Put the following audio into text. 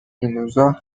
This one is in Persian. اینروزا